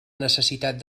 necessitat